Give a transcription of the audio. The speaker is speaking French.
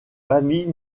famille